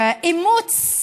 אימוץ